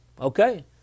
Okay